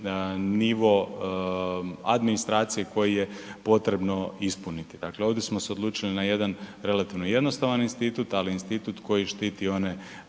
nivo administracije koji je potrebno ispuniti. Dakle, ovdje smo se odlučili na jedan relativno jednostavan institut, ali institut koji štiti one